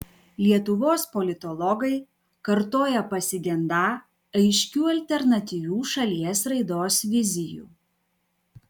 lietuvos politologai kartoja pasigendą aiškių alternatyvių šalies raidos vizijų